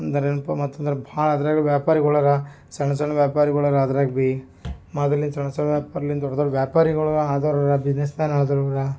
ಅಂದರೇನಪ್ಪಾ ಮತ್ತು ಅಂದರೆ ಭಾಳ ಅದ್ರಾಗು ವ್ಯಾಪಾರಿಗಳರ ಸಣ್ಣ ಸಣ್ಣ ವ್ಯಾಪಾರಿಗುಳರ ಅದ್ರಾಗ ಬಿ ಮೊದಲಿನ ಸಣ್ಣ ಸಣ್ಣ ವ್ಯಾಪಾರ್ಲಿಂದ್ ದೊಡ್ಡ ದೊಡ್ಡ ವ್ಯಾಪಾರಿಗಳು ಆದೋರು ಬಿಸ್ನೆಸ್ ಮ್ಯಾನ್ ಆದೋರು ಕೂಡ